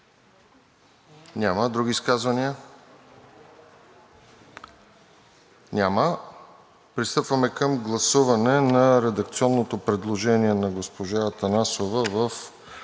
Няма. Други изказвания? Няма. Пристъпваме към гласуване на редакционното предложение на госпожа Атанасова в